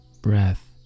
breath